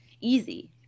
easy